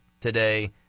today